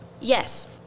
Yes